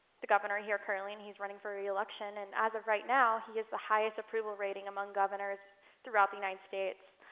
the governor here currently, and he's running for re-election. and as of right now, he has the highest approval rating among governors throughout the united states.